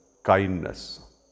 kindness